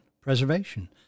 preservation